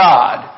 God